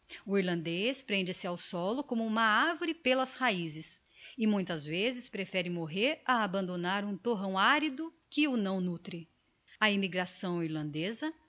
o irlandez prende se ao sólo como uma arvore pelas raizes e muitas vezes prefere morrer a abandonar um torrão arido que o não nutre a emigração irlandeza